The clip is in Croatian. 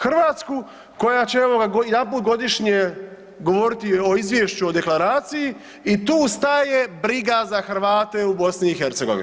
Hrvatsku koja će jedanput godišnje govoriti o izvješću o deklaraciji i tu staje briga za Hrvate u BiH.